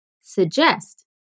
SUGGEST